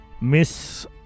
Miss